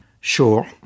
Sure